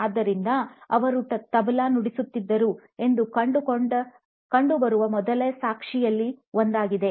ಆದ್ದರಿಂದ ಅವರು ತಬ್ಲಾ "Tabla" ನುಡಿಸುತ್ತಿದ್ದರು ಎಂದು ಕಂಡುಬರುವ ಮೊದಲಿನ ಸಾಕ್ಷ್ಯಗಳಲ್ಲಿ ಒಂದಾಗಿದೆ